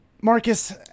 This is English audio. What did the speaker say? Marcus